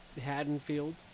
Haddonfield